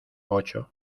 ocho